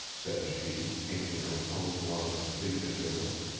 said she, changing her tone to one of complete indifference.